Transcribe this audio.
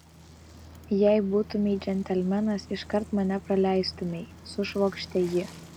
jei būtumei džentelmenas iškart mane praleistumei sušvokštė ji